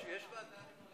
יש ועדת חריגים.